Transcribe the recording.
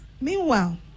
Meanwhile